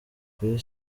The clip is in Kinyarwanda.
kuri